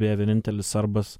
beje vienintelis serbas